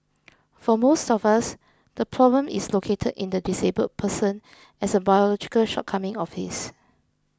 for most of us the problem is located in the disabled person as a biological shortcoming of his